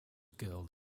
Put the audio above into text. guild